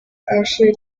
actually